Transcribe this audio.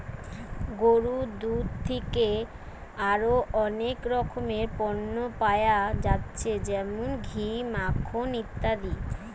গরুর দুধ থিকে আরো অনেক রকমের পণ্য পায়া যাচ্ছে যেমন ঘি, মাখন ইত্যাদি